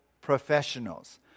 professionals